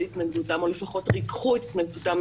התנגדותם או לפחות ריככו את התנגדותם,